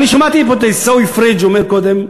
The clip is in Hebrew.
שמעתי את עיסאווי פריג' אומר קודם: